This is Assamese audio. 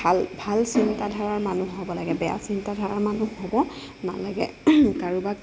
ভাল ভাল চিন্তা ধাৰাৰ মানুহ হ'ব লাগে বেয়া চিন্তা ধাৰাৰ মানুহ হ'ব নালাগে কাৰোবাক